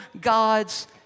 God's